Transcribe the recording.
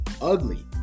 ugly